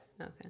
Okay